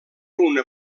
una